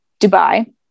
Dubai